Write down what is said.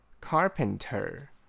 Carpenter